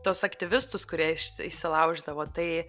tuos aktyvistus kurie iš įsilauždavo tai